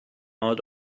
out